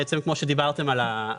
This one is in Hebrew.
בעצם כמו שדיברתם על הצו,